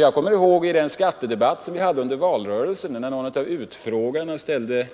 Jag kommer ihåg att någon av utfrågarna i den skattedebatt vi hade i TV under valrörelsen frågade